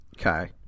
okay